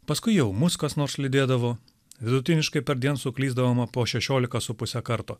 paskui jau mus kas nors lydėdavo vidutiniškai perdien suklysdavom po šešiolika su puse karto